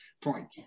point